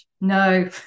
No